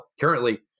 currently